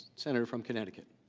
senator from connecticut.